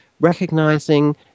recognizing